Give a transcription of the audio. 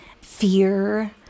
fear